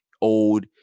old